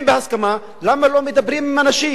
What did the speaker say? אם בהסכמה, למה לא מדברים עם אנשים?